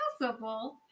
possible